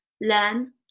Learn